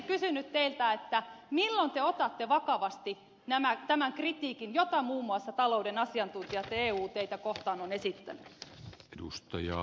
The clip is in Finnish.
olisinkin kysynyt teiltä milloin te otatte vakavasti tämän kritiikin jota muun muassa talouden asiantuntijat ja eu ovat teitä kohtaan esittäneet